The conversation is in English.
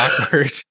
awkward